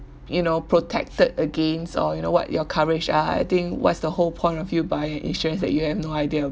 you know protected against or you know what your coverage are I think what's the whole point of you buying a insurance that you have no idea